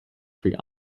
free